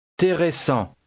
intéressant